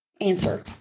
answer